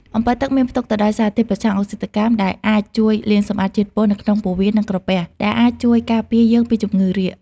អម្ពិលទឹកមានផ្ទុកទៅដោយសារធាតុប្រឆាំងអុកស៊ីតកម្ម ដែលអាចជួយលាងសម្អាតជាតិពុលនៅក្នុងពោះវៀន និងក្រពះ ដែលអាចជួយការពារយើងពីជំងឺរាគ។